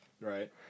Right